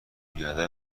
بیادب